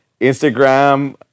Instagram